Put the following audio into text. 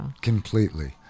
Completely